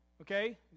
okay